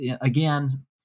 again